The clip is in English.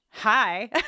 hi